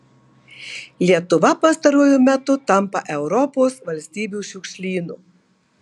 lietuva pastaruoju metu tampa europos valstybių šiukšlynu